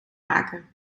maken